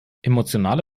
emotionale